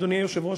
אדוני היושב-ראש,